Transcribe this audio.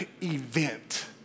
event